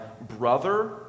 brother